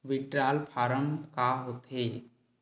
withdrawal form का होथेय